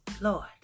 Lord